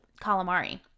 calamari